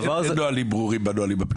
אין נהלים ברורים בנהלים הפנימיים.